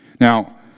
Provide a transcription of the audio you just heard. Now